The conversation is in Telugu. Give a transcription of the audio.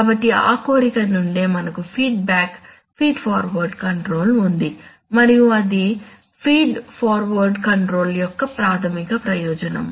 కాబట్టి ఆ కోరిక నుండే మనకు ఫీడ్బ్యాక్ ఫీడ్ ఫార్వర్డ్ కంట్రోల్ ఉంది మరియు ఇది ఫీడ్ ఫార్వర్డ్ కంట్రోల్ యొక్క ప్రాథమిక ప్రయోజనం